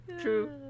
True